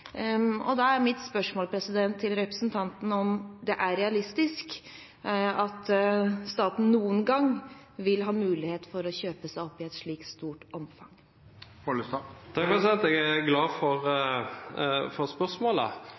Da er mitt spørsmål til representanten: Er det realistisk at staten noen gang vil ha mulighet til å kjøpe seg opp i et slikt stort omfang? Jeg er glad for spørsmålet.